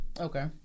Okay